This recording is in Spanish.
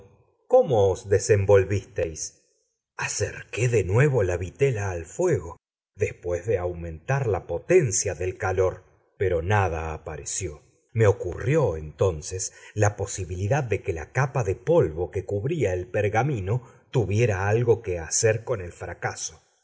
cómo os desenvolvisteis acerqué de nuevo la vitela al fuego después de aumentar la potencia del calor pero nada apareció me ocurrió entonces la posibilidad de que la capa de polvo que cubría el pergamino tuviera algo que hacer con el fracaso